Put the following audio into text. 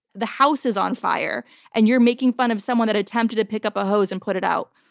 the house is on fire and you're making fun of someone that attempted to pick up a hose and put it out.